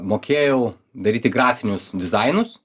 mokėjau daryti grafinius dizainus